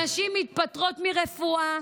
נשים מתפטרות מרפואה.